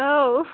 औ